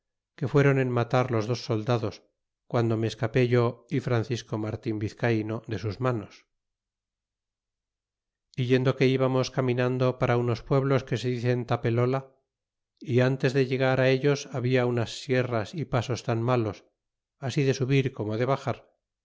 que fueron en matar los dos soldados quando me escapé yo y francisco martin vizcaino de sus manos é yendo que íbamos caminando para unos pueblos que se dicen tapalola é ntes de llegar a ellos habla unas sierras y pasos tan malos así de subir como de baxar